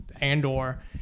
Andor